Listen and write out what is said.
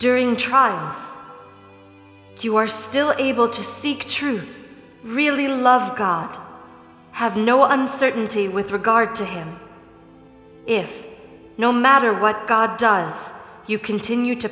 during trials you are still able to seek truth really love god have no uncertainty with regard to him if no matter what god does you continue to